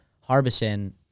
Harbison